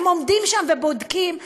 בודקים שם,